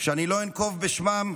שאני לא אנקוב בשמם,